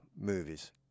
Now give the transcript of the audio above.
movies